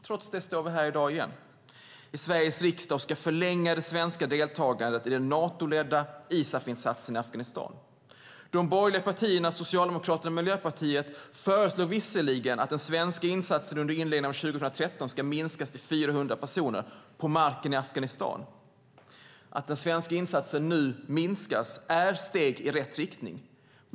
Trots det står vi ännu en gång i riksdagen och ska förlänga det svenska deltagandet i den Natoledda ISAF-insatsen i Afghanistan. De borgerliga partierna, Socialdemokraterna och Miljöpartiet föreslår visserligen att den svenska insatsen under inledningen av 2013 ska minskas till 400 personer på marken i Afghanistan. Att den svenska insatsen nu minskas är ett steg i rätt riktning.